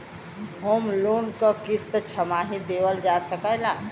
Home loan क किस्त छमाही देहल जा सकत ह का?